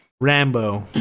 Rambo